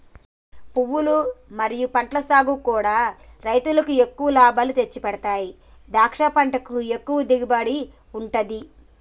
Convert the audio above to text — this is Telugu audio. పువ్వులు మరియు పండ్ల సాగుకూడా రైలుకు ఎక్కువ లాభాలు తెచ్చిపెడతాయి ద్రాక్ష పంటకు ఎక్కువ దిగుబడి ఉంటది